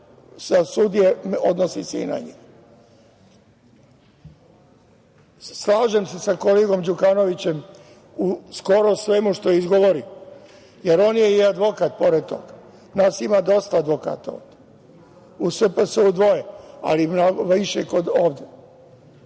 za sudije odnosi se i na njih. Slažem se sa kolegom Đukanovićem u skoro svemu što je izgovorio, jer on je i advokat pored toga, nas ima dosta advokata ovde, u SPS dvoje, ali mnogo više